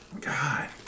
God